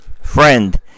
friend